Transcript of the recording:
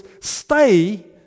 stay